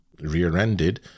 rear-ended